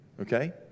Okay